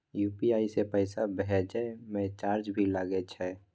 UPI से पैसा भेजै म चार्ज भी लागे छै?